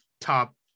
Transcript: top